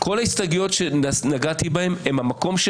כל ההסתייגויות שנגעתי בהן הן מהמקום של